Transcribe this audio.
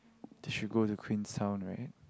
they should go to Queenstown right